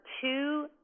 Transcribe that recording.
two